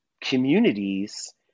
communities